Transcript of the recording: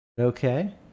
Okay